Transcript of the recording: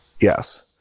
Yes